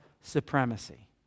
supremacy